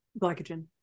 Glycogen